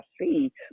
see